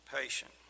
patient